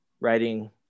writing